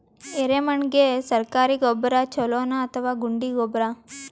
ಎರೆಮಣ್ ಗೆ ಸರ್ಕಾರಿ ಗೊಬ್ಬರ ಛೂಲೊ ನಾ ಅಥವಾ ಗುಂಡಿ ಗೊಬ್ಬರ?